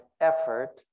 effort